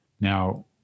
Now